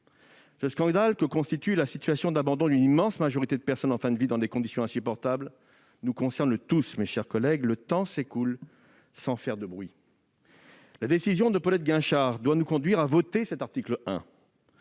Ce scandale que constitue la situation d'abandon d'une immense majorité des personnes en fin de vie dans des conditions insupportables nous concerne tous, mes chers collègues. Le temps s'écoule sans faire de bruit. La décision de Paulette Guinchard-Kunstler doit nous conduire à voter cet article 1.